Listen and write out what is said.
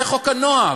זה חוק הנוער.